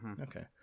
okay